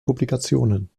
publikationen